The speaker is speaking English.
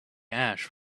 ash